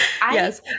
Yes